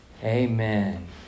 Amen